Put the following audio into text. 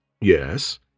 Yes